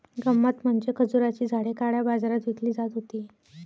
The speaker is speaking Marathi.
गंमत म्हणजे खजुराची झाडे काळ्या बाजारात विकली जात होती